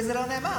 וזה לא נאמר.